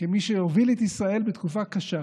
כמי שהוביל את ישראל בתקופה קשה,